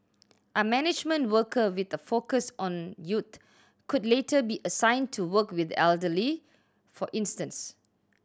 a management worker with a focus on youth could later be assigned to work with the elderly for instance